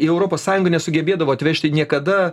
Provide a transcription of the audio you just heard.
į europos sąjungą nesugebėdavo atvežti niekada